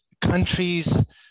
countries